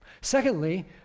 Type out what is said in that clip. Secondly